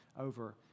over